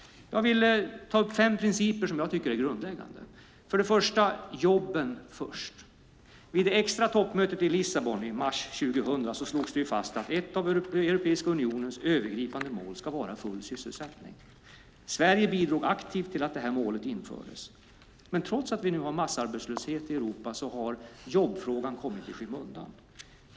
Jag vill ta upp fem principer som jag tycker är grundläggande. För det första: jobben. Vid det extra toppmötet i Lissabon i mars 2000 slogs det fast att ett av Europeiska unionens övergripande mål ska vara full sysselsättning. Sverige bidrog aktivt till att det målet infördes. Men trots att vi nu har massarbetslöshet i Europa har jobbfrågan kommit i skymundan.